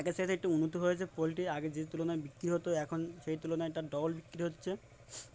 একই সাথে একটু উন্নত হয়েছে পোলট্রি আগে যে তুলনায় বিক্রি হতো এখন সেই তুলনায় তার ডবল বিক্রি হচ্ছে